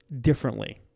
differently